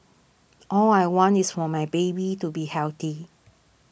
all I want is for my baby to be healthy